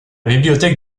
bibliothèque